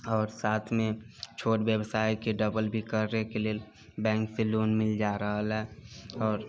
आओर साथ मे छोट व्यवसाय के डबल भी करय के लेल बैंक से लोन मिल जा रहल अय आओर